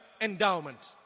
endowment